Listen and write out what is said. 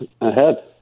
ahead